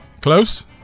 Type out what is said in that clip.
Close